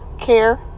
care